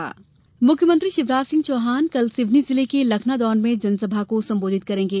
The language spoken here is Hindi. मुख्यमंत्री मुख्यमंत्री शिवराज सिंह चौहान कल सिवनी जिले के लखनादौन में जनसभा को सम्बोधित करेंगे